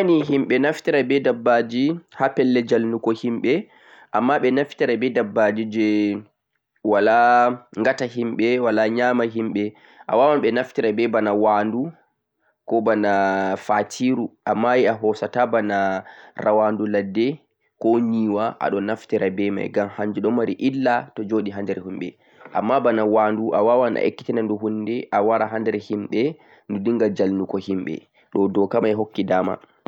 Aa hanii himɓe naftira be nbabbaji ha jalnugo himɓe amma ɓe naftira be dabbaji je ngatata himɓe. Hanii ɓe naftira be nwaaɗu, fatiru amma banda rawandu ladde koh nyeewa ɓe naftira be mai ngam don mari illah sosai.